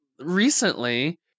recently